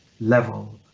level